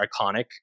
iconic